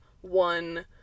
one